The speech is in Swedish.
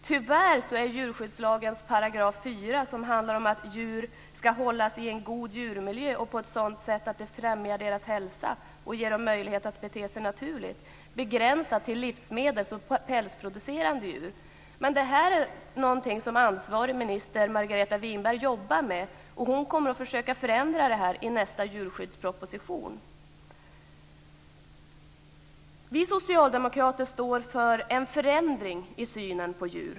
Tyvärr är djurskyddslagens 4 §, som handlar om att djur ska hållas i en god djurmiljö och på ett sådant sätt att det främjar deras hälsa och ger dem möjlighet att bete sig naturligt, begränsad till livsmedels och pälsproducerande djur. Det här är något som ansvarig minister, Margareta Winberg, jobbar med, och hon kommer att försöka förändra det här i nästa djurskyddsproposition. Vi socialdemokrater står för en förändring i synen på djur.